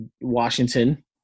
Washington